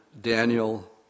Daniel